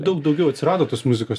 daug daugiau atsirado tos muzikos